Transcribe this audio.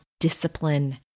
Discipline